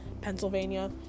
Pennsylvania